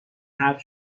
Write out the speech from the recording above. حرف